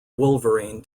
wolverine